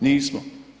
Nismo.